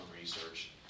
research